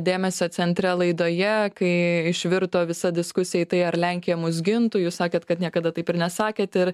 dėmesio centre laidoje kai išvirto visa diskusija į tai ar lenkija mus gintų jūs sakėt kad niekada taip ir nesakėt ir